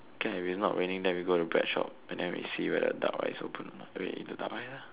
K if it's not raining then we go to bread shop and then see whether duck rice open or not then we eat the duck rice ah